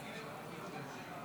כבוד השר,